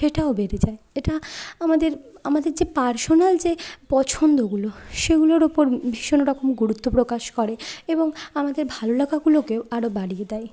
সেটাও বেড়ে যায় এটা আমাদের আমাদের আমাদের যে পার্সোনাল যে পছন্দগুলো সেগুলোর ওপর ভীষণ রকম গুরুত্ব প্রকাশ করে এবং আমাদের ভালোলাগাগুলোকেও আরও বাড়িয়ে দেয়